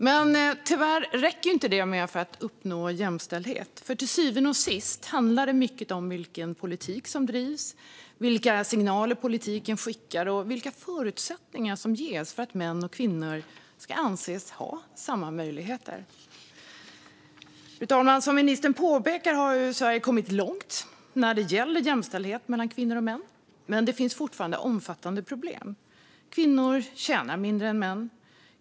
Men tyvärr räcker det inte med detta för att uppnå jämställdhet, för till syvende och sist handlar det mycket om vilken politik som drivs, vilka signaler politiken skickar och vilka förutsättningar som ges för att män och kvinnor ska anses ha samma möjligheter. Fru talman! Som ministern påpekar har Sverige kommit långt när det gäller jämställdhet mellan kvinnor och män, men det finns fortfarande omfattande problem. Kvinnor tjänar mindre än män.